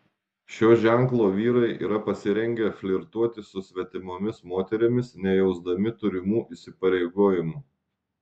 šio ženklo vyrai yra pasirengę flirtuoti su svetimomis moterimis nejausdami turimų įsipareigojimų